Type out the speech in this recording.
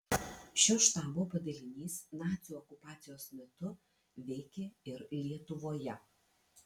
šio štabo padalinys nacių okupacijos metu veikė ir lietuvoje